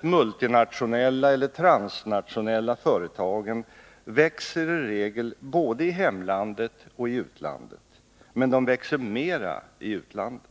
multinationella eller transnationella företagen växer i regel både i hemlandet och i utlandet, men de växer mera i utlandet.